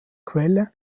quelle